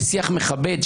בשיח מכבד,